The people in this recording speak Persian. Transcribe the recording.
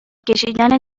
کشیدن